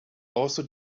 also